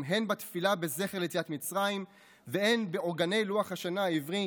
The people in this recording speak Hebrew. הן בתפילה לזכר יציאת מצרים והן בעוגני לוח השנה העברי